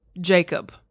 Jacob